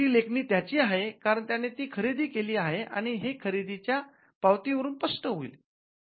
ती लेखणी त्याची आहे कारण त्याने ती खरेदी केली आहे आणि हे खरेदीच्या पावती वरून स्पष्ट होईल